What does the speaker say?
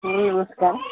ହଁ ନମସ୍କାର